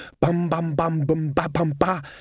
bum-bum-bum-bum-ba-bum-ba